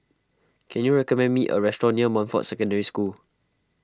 can you recommend me a restaurant near Montfort Secondary School